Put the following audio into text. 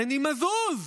מני מזוז.